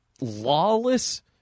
lawless